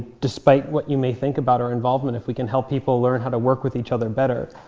despite what you may think about our involvement, if we can help people learn how to work with each other better,